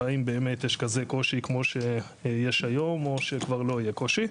והאם באמת יש כזה קושי כמו שיש היום או שכבר לא יהיה קושי.